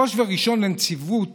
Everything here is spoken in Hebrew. ראש וראשון לנציבות